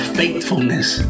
faithfulness